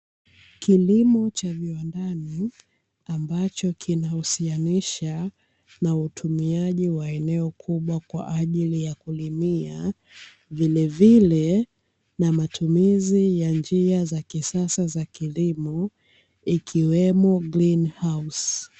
Kilimo cha viwandani ambacho kinahusianisha na utumiaji wa eneo kubwa kwa ajili ya kulimia, vilevile na matumizi ya njia za kisasa za kilimo ikiwemo "green house".